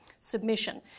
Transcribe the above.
submission